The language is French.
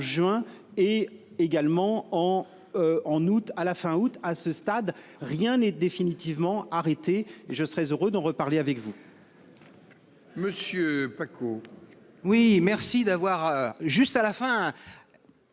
en juin et également en. En août, à la fin août. À ce stade rien n'est définitivement arrêté et je serais heureux d'en reparler avec.